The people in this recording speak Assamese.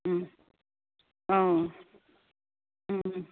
অঁ